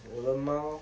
我的猫